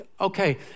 okay